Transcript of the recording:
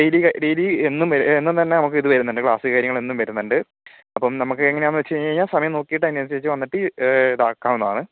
daily daily എന്നും വെ എന്നുമെന്ന് പറഞ്ഞാൽ നമുക്ക് ഇത് വരുന്നുണ്ട് ക്ലാസ് കാര്യങ്ങള് എന്നും വരുന്നുണ്ട് അപ്പം നമുക്ക് എങ്ങനെയാന്ന് വെച്ച് കഴിഞ്ഞ് കഴിഞ്ഞാൽ സമയം നോക്കീട്ട് ആതിനനുസരിച്ച് വന്നിട്ട് ഇതാക്കാവുന്നതാണ്